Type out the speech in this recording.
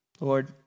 Lord